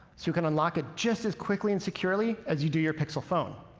you can unlock it just as quickly and securely as you do your pixel phone.